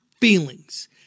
feelings